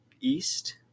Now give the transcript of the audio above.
east